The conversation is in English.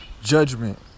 judgment